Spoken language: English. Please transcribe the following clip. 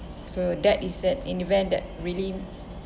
so that is an event that really